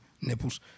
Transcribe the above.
nipples